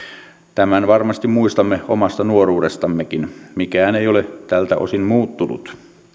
tämän varmasti muistamme omasta nuoruudestammekin mikään ei ole tältä osin muuttunut